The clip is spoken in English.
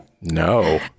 No